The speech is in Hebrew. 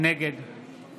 נגד